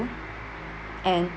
and